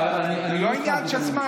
לא, אני לא התחלתי, זה לא עניין של זמן.